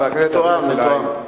חבר הכנסת דוד אזולאי.